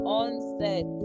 onset